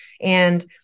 And-